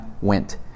went